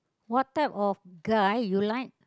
what type of guy you like